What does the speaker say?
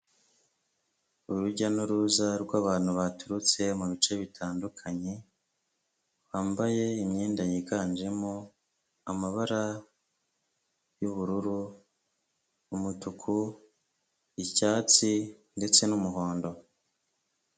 Urujya n'uruza rw'abantu baturutse mu bice bitandukanye. Bambaye imyenda yiganjemo amabara y'ubururu, umutuku, icyatsi ndetse n'umuhondo.